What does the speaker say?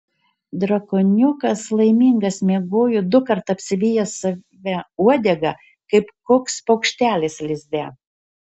drakoniukas laimingas miegojo dukart apsivijęs save uodega kaip koks paukštelis lizde